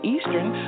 Eastern